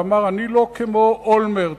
אמר: אני לא כמו אולמרט,